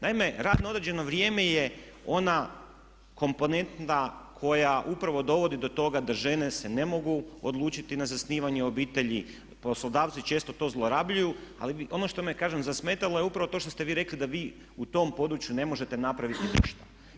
Naime, rad na određeno vrijeme je ona komponenta koja upravo dovodi do toga da žene se ne mogu odlučiti na zasnivanje obitelji, poslodavci često to zlorabljuju ali ono što me kažem zasmetalo je upravo to što ste vi rekli da vi u tom području ne možete napraviti ništa.